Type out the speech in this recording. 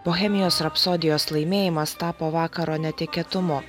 bohemijos rapsodijos laimėjimas tapo vakaro netikėtumu